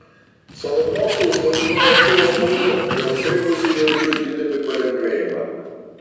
savo mokslus vadinau achilo kulnu juos baigusi jaučiu didelį palengvėjimą